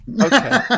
Okay